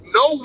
no